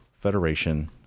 Federation